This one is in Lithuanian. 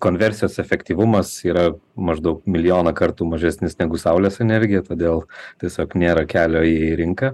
konversijos efektyvumas yra maždaug milijoną kartų mažesnis negu saulės energija todėl tiesiog nėra kelio į rinką